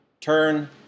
turn